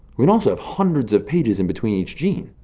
we can also have hundreds of pages in between each gene.